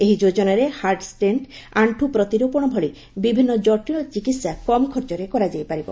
ଏହି ଯୋଜନାରେ heart stent ଆଶ୍ଚୁ ପ୍ରତିରୋପଣ ଭଳି ବିଭିନ୍ନ ଜଟିଳ ଚିକିତ୍ସା କମ୍ ଖର୍ଚ୍ଚରେ କରାଯାଇପାରିବ